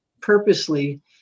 purposely